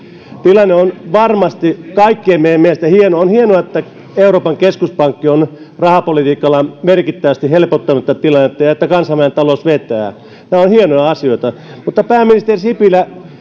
tilanne on varmasti kaikkien meidän mielestä hieno on hienoa että euroopan keskuspankki on rahapolitiikallaan merkittävästi helpottanut tätä tilannetta ja että kansainvälinen talous vetää nämä ovat hienoja asioita mutta pääministeri sipilä